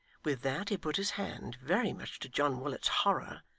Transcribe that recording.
with that, he put his hand, very much to john willet's horror,